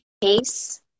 case